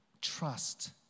trust